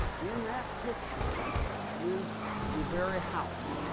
in that picture is the very house.